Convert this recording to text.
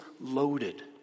loaded